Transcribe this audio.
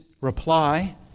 reply